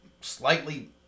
slightly